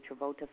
Travolta